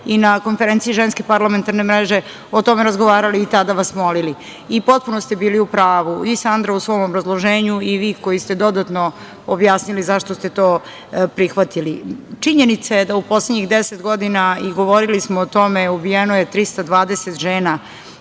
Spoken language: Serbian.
i na konferenciji Ženske parlamentarne mreže o tome razgovarali i tada vas molili. Potpuno ste bili u pravu, i Sandra u svom obrazloženju i vi koji ste dodatno objasnili zašto ste to prihvatili. Činjenica je da u poslednjih 10 godina, i govorili smo o tome, ubijeno je 320 žena,